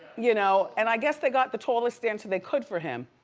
you know, and i guess they got the tallest dancer they could for him.